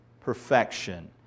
perfection